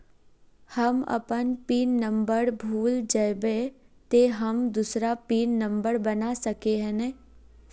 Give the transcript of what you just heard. हम अपन pin number भूल जयबे ते हम दूसरा पिन नंबर बना सके है नय?